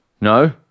No